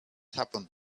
happen